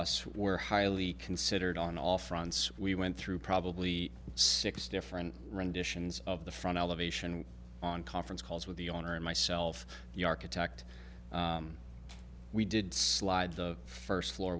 us were highly considered on all fronts we went through probably six different renditions of the front elevation on conference calls with the owner and myself the architect we did slide the first floor